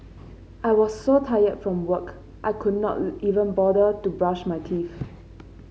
I was so tired from work I could not even bother to brush my teeth